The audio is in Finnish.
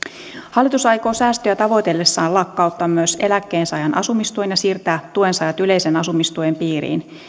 hallitus aikoo säästöjä tavoitellessaan lakkauttaa myös eläkkeensaajan asumistuen ja siirtää tuensaajat yleisen asumistuen piiriin